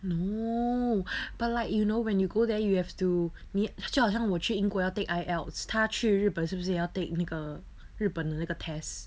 no but like you know when you go there you have to 你就好像我去英国要 take I_E_L_T_S 她去日本是不是要 take 那个日本的那个 test